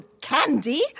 Candy